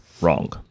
Wrong